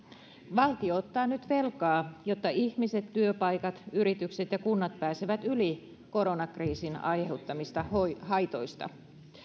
valtio ottaa nyt velkaa jotta ihmiset työpaikat yritykset ja kunnat pääsevät yli koronakriisin aiheuttamista haitoista